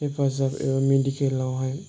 हेफाजाब एबा मेडिकेलावहाय